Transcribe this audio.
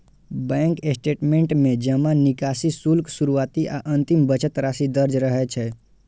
bank statement में जमा, निकासी, शुल्क, शुरुआती आ अंतिम बचत राशि दर्ज रहै छै